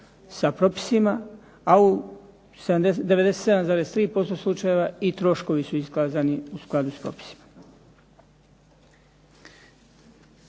sa propisima, a u 97,3% slučajeva i troškovi su iskazani u skladu s propisima.